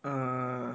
err